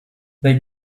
they